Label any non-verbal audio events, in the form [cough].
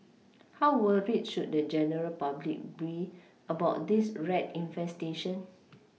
how worried should the general public be about this rat infestation [noise]